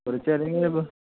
പുലർച്ചെ അല്ലെങ്കിൽ ഇപ്പോൾ